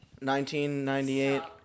1998